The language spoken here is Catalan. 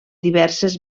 diverses